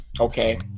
okay